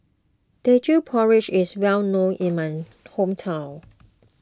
Teochew Porridge is well known in my hometown